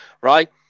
right